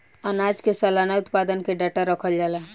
आनाज के सलाना उत्पादन के डाटा रखल जाला